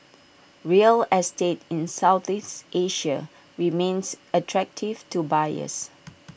real estate in Southeast Asia remains attractive to buyers